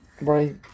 right